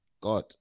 god